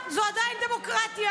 מותר, זו עדיין דמוקרטיה,